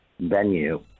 venue